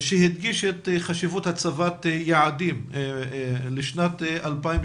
שהדגיש את חשיבות הצבת היעדים לשנת 2030